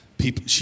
people